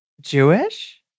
jewish